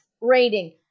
rating